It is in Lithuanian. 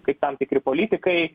kaip tam tikri politikai